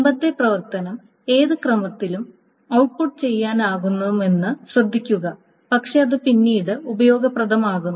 മുമ്പത്തെ പ്രവർത്തനം ഏത് ക്രമത്തിലും ഔട്ട്പുട്ട് ചെയ്യാനാകുമെന്നത് ശ്രദ്ധിക്കുക പക്ഷേ അത് പിന്നീട് ഉപയോഗപ്രദമാക്കുന്നു